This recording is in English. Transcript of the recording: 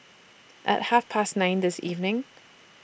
At Half Past nine This evening